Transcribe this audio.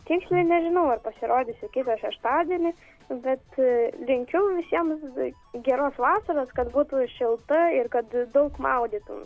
tiksliai nežinau ar pasirodysiu kitą šeštadienį bet linkiu visiems geros vasaros kad būtų šilta ir kad daug maudytum